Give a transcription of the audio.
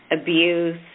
abuse